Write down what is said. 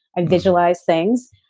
and visualize things,